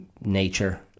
nature